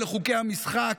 אלה חוקי המשחק,